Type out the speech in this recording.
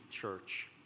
church